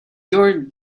your